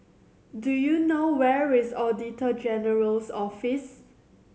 do you know where is Auditor General's Office